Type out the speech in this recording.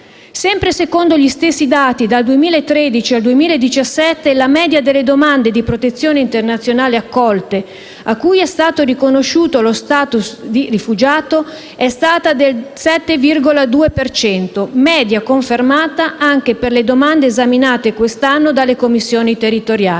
Sempre secondo gli stessi dati, dal 2013 al 2017 la media delle domande di protezione internazionale accolte a cui è stato riconosciuto lo *status* di rifugiato è stata del 7,2 per cento, media confermata anche per le domande esaminate quest'anno dalle Commissioni territoriali.